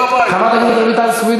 חברת הכנסת איילת נחמיאס ורבין,